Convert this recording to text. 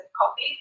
coffee